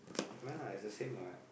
no lah it's the same what